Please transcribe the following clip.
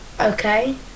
okay